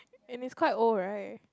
and is quite old right